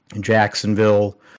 Jacksonville